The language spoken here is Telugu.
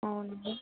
అవునండి